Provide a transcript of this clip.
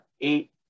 eight